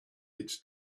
its